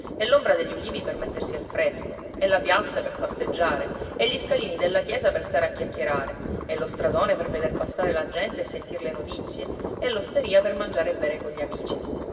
e l'ombra degli ulivi per mettersi al fresco e la piazza per passeggiare e gli scalini della chiesa per stare a chiacchierare e lo stradone per veder passare la gente e sentir le notizie e l'osteria per mangiare e bere cogli amici